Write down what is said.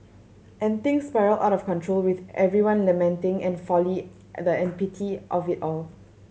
and things spiral out of control with everyone lamenting and folly the an pity of it all